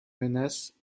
menaces